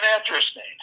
interesting